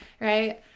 right